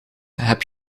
heb